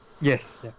Yes